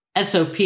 SOP